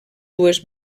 dues